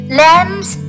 lambs